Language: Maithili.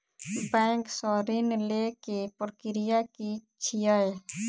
बैंक सऽ ऋण लेय केँ प्रक्रिया की छीयै?